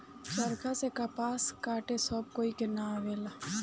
चरखा से कपास काते सब कोई के ना आवेला